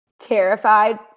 terrified